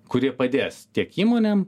kurie padės tiek įmonėm